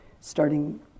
starting